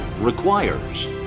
requires